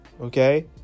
okay